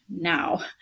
now